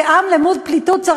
כעם למוד פליטות,